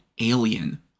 alien